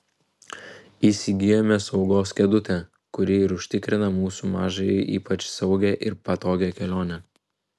įsigijome saugos kėdutę kuri ir užtikrina mūsų mažajai ypač saugią ir patogią kelionę